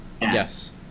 Yes